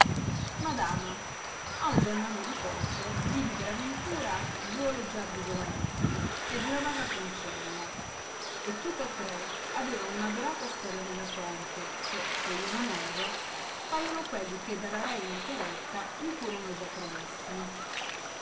madama oggi andando a diporto vidi per aventura duo leggiadri giovanetti ed una vaga puncella e tutta tre avevano una dorata stella nella fronte che se io non erro paiono quelli che dalla reina chiaretta mi furono già promessi